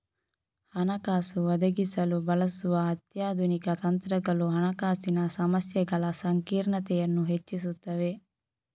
ಹಣಕಾಸು ಒದಗಿಸಲು ಬಳಸುವ ಅತ್ಯಾಧುನಿಕ ತಂತ್ರಗಳು ಹಣಕಾಸಿನ ಸಮಸ್ಯೆಗಳ ಸಂಕೀರ್ಣತೆಯನ್ನು ಹೆಚ್ಚಿಸುತ್ತವೆ